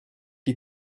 die